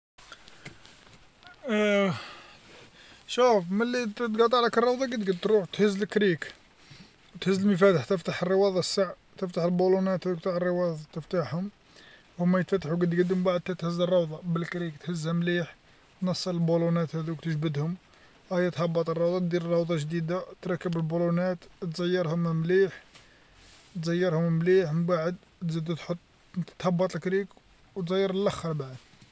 اه شوف ملي تقطعلك الروضة قد قد، تروح تهز لكليك تهز المفاتيح تفتح الروضة السع تفتح بلونات تفتح روض تفتحهم هوما يتفتحو قد قد من بعد تتهز الروضة بالكريك تهزها مليح نص البولونات هاذوك تجبدهم، أيا تهبط الروض دير الروضة روضة جديدة تركب البولونات تزيرهم مليح تزيرهم مليح من بعد، تزيد تحط تهبط الكريك وتزير اللخرة بعد.